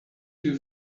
two